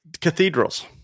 Cathedrals